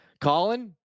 Colin